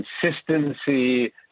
consistency